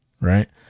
right